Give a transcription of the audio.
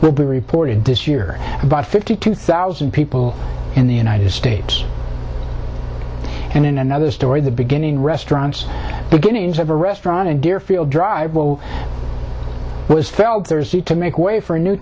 will be reported this year by fifty two thousand people in the united states and in another story the beginning restaurants beginnings of a restaurant in deerfield drive will was felled thursday to make way for a new